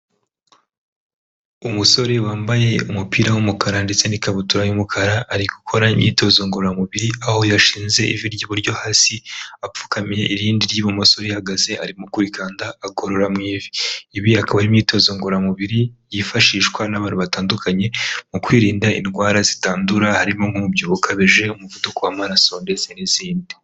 Umusore wambaye umupira w'umukara ndetse n'ikabutura y'umukara ari gukora imyitozo ngororamubiri aho yashinze ivi ry'iburyo hasi apfukamiye irindi ry'ibumoso rihagaze arimo kurikanda agorora mu ivi ibi akaba ari imyitozo ngororamubiri yifashishwa n'abantu batandukanye mu kwirinda indwara zitandura harimo nk’umubyibuho ukabije umuvuduko w'amaraso ndetse n'izindi.